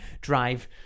drive